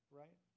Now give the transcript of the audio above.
right